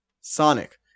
Sonic